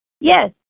Yes